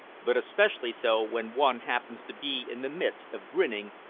but especially so when one happens to be in the midst of grinning,